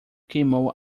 queimou